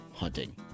hunting